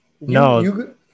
No